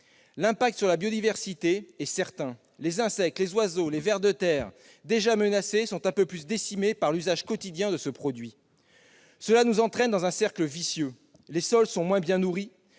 L'impact sur la biodiversité est certain. Les insectes, les oiseaux, les vers de terre, déjà menacés, sont un peu plus décimés par l'usage quotidien de ce produit. Cela entraîne un cercle vicieux. Les sols sont moins bien nourris